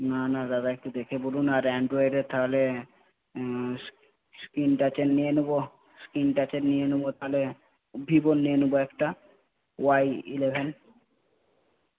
না না দাদা একটু দেখে বলুন আর অ্যান্ড্রয়েডের তাহলে স্ক্রিন টাচের নিয়ে নেব স্ক্রিন টাচের নিয়ে নেবো তাহলে ভিভোর নিয়ে নেবো একটা ওয়াই ইলেভেন